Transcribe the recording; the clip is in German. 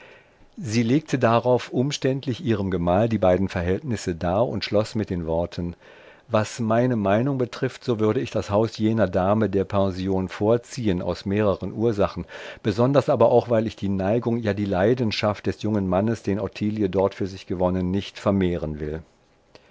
sie legte darauf umständlich ihrem gemahl die beiden verhältnisse dar und schloß mit den worten was meine meinung betrifft so würde ich das haus jener dame der pension vorziehen aus mehreren ursachen besonders aber auch weil ich die neigung ja die leidenschaft des jungen mannes den ottilie dort für sich gewonnen nicht vermehren will